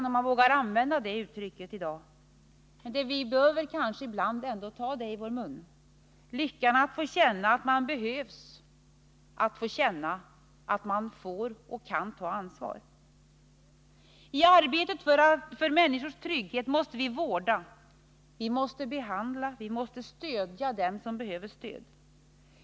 Om jag vågar använda ordet ”lycka” i dag — men vi måste väl ändå ibland få ta det i vår mun — skulle jag vilja säga att vi behöver få uppleva lyckan att få känna att vi behövs, att få känna att vi får och kan ta ansvar. I arbetet för människors trygghet måste vi vårda, vi måste behandla, vi måste stödja dem som behöver stöd.